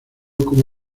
como